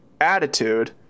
attitude